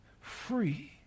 free